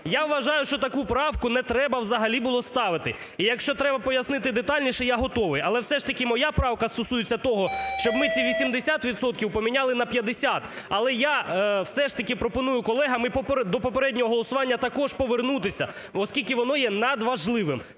Я вважаю, що таку правку не треба взагалі було ставити. І якщо треба пояснити детальніше, я готовий. Але все ж таки моя правка стосується того, щоб ми ці 80 відсотків поміняли на 50. Але я все ж таки пропоную колегам до попереднього голосування також повернутися, оскільки воно є надважливим.